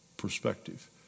perspective